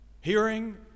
hearing